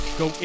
go